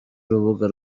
urubuga